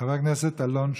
חבר הכנסת אלון שוסטר.